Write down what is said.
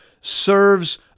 serves